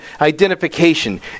identification